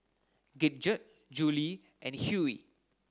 Gidget Julie and Hughey